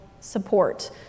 support